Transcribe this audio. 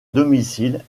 domicile